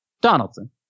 Donaldson